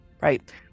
right